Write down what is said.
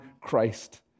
Christ